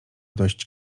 dość